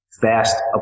fast